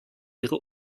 ihre